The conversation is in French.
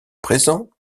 présent